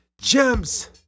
gems